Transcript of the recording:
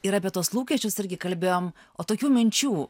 ir apie tuos lūkesčius irgi kalbėjom o tokių minčių